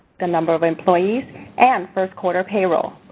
the number of employees and first quarter payroll.